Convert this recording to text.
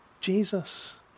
Jesus